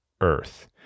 earth